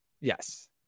Yes